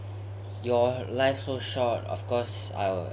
your life so short of course I would